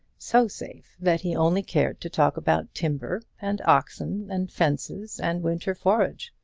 so safe, that he only cared to talk about timber, and oxen, and fences, and winter-forage!